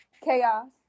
Chaos